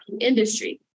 industry